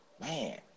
man